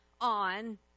on